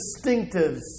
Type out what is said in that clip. distinctives